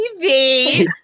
TV